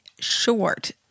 short